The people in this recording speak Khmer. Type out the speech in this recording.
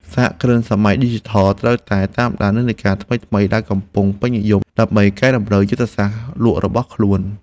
សហគ្រិនសម័យឌីជីថលត្រូវតែតាមដាននិន្នាការថ្មីៗដែលកំពុងពេញនិយម ដើម្បីកែតម្រូវយុទ្ធសាស្ត្រលក់របស់ខ្លួន។